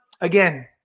Again